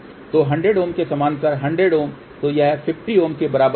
तो 100 के समानांतर 100 और वह 50 Ω के बराबर होगा